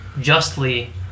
justly